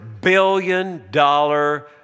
billion-dollar